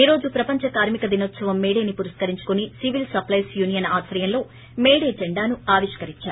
ఈ రోజు ప్రపంచ కార్మిక దినోత్సవం మేడేని పురస్కరించుకొని సివిల్ సప్లిస్ యూనియన్ ఆధ్వర్యంలో మేడే జెండాను ఆవిష్కరించారు